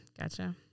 Gotcha